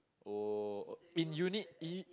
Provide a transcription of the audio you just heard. oh in unit E